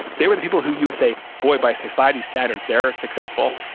they were the people who you would say, boy, by society's standards they're successful.